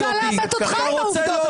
הוא ניסה לעמת אותך עם העובדות.